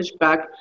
pushback